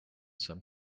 some